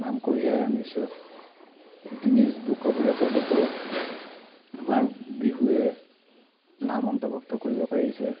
নাম কঢ়িয়াই আনিছে গীনিজ বুক অৱ ৰেকৰ্ডটো আমাৰ বিহুৱে নাম অন্তৰ্ভুক্ত কৰিব পাৰিছে